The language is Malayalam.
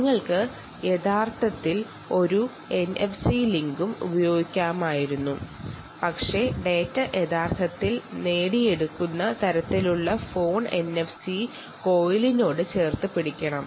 നിങ്ങൾക്ക് ഇവിടെ ഒരു എൻഎഫ്സി ലിങ്കും ഉപയോഗിക്കാം പക്ഷേ ഡാറ്റ കൃത്യമായി കാട്ടുന്നതിന് ഫോൺ എൻഎഫ്സി കോയിലിനോട് ചേർത്ത് പിടിക്കണം